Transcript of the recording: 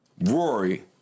Rory